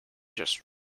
just